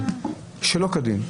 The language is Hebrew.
שלא כדין.